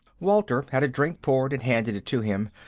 walter had a drink poured and handed it to him.